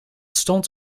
stond